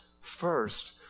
first